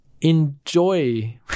enjoy